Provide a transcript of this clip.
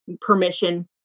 permission